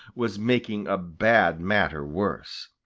was making a bad matter worse.